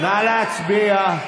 נא להצביע.